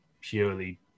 purely